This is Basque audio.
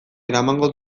eramango